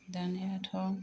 दानियाथ'